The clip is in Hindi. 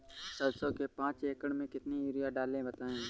सरसो के पाँच एकड़ में कितनी यूरिया डालें बताएं?